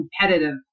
competitive